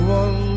one